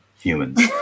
humans